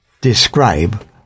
describe